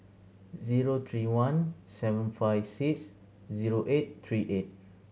zero three one seven five six zero eight three eight